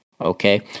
Okay